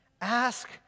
Ask